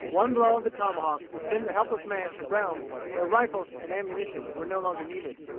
one blow of the tomahawk would send the helpless man to realms where rifles and ammunition were no longer needed,